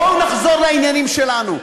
בואו נחזור לעניינים שלנו.